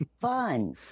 fun